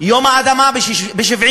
יום האדמה ב-1976,